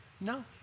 No